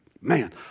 Man